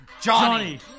Johnny